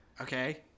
Okay